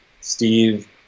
Steve